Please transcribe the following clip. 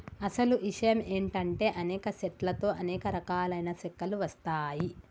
అసలు ఇషయం ఏంటంటే అనేక సెట్ల తో అనేక రకాలైన సెక్కలు వస్తాయి